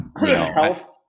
health